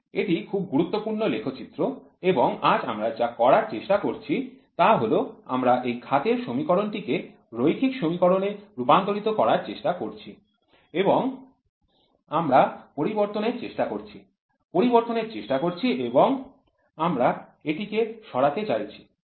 এটি খুব গুরুত্বপূর্ণ লেখচিত্র এবং আজ আমরা যা করার চেষ্টা করছি তা হল আমরা এই ঘাতের সমীকরণ টি কে রৈখিক সমীকরণে রূপান্তরিত করার চেষ্টা করছি এবং আমরা পরিবর্তনের চেষ্টা করছি পরিবর্তনের চেষ্টা করছি এবং আমরা এটিকে সরাতে চাইছি